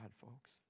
folks